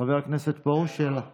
חבר הכנסת פרוש, שאלה נוספת.